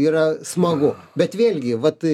yra smagu bet vėlgi vat